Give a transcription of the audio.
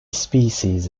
species